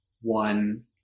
one